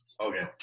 Okay